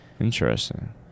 Interesting